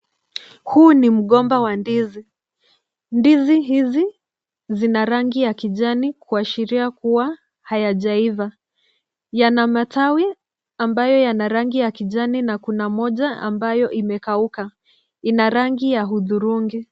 Huu ni mgomba wa ndizi. Ndizi hizi zina rangi ya kijani kuashiria kuwa hayajaiva. Yana matawi ambayo yana rangi ya kijani na kuna moja ambayo imekauka, ina rangi ya hudhurungi.